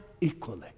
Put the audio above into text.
equally